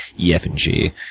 e, f, and g,